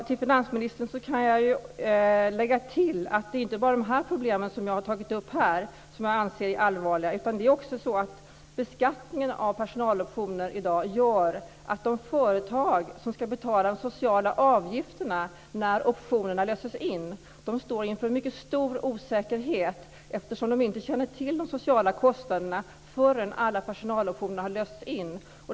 Fru talman! Jag kan tillägga att det inte bara är de problem som jag har tagit upp här som jag anser är allvarliga. Beskattningen av personaloptioner i dag gör att de företag som ska betala de sociala avgifterna när optionerna löses in står inför en mycket stor osäkerhet, eftersom de inte känner till de sociala kostnaderna förrän alla personaloptioner har lösts in.